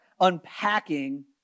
unpacking